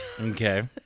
Okay